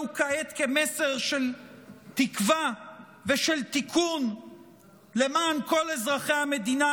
כעת כמסר של תקווה ושל תיקון למען כל אזרחי המדינה?